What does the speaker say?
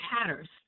patterns